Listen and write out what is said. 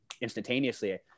instantaneously